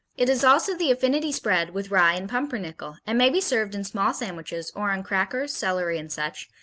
it is also the affinity-spread with rye and pumpernickel, and may be served in small sandwiches or on crackers, celery and such,